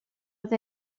oedd